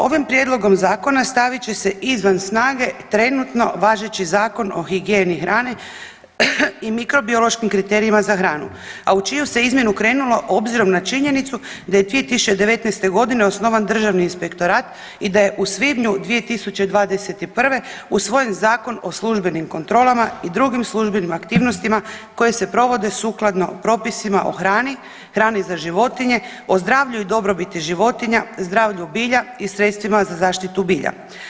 Ovim prijedlog zakona stavit će se izvan snage trenutno važeći Zakon o higijeni hrane i mikrobiološkim kriterijima za hranu, a u čiju se izmjenu krenulo obzirom na činjenicu da je 2019. godine osnovan Državni inspektorat i da je u svibnju 2021. usvojen Zakon o službenim kontrolama i drugim službenim aktivnosti koje se provode sukladno propisima o hrani, hrani za životinje, o zdravlju i dobrobiti životinja, zdravlju bilja i sredstvima za zaštitu bilja.